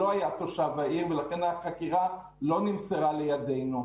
לא היה תושב העיר ולכן החקירה לא נמסרה לידינו,